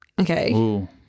Okay